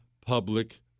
public